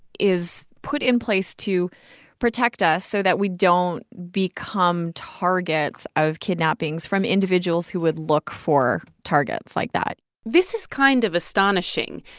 is put in place to protect us so that we don't become targets of kidnappings from individuals who would look for targets like that this is kind of astonishing.